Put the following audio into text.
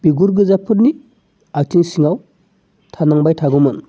बिगुर गोजाफोरनि आथिं सिङाव थानांबाय थागौमोन